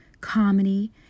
comedy